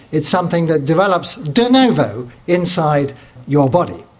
it's something that develops de novo inside your body.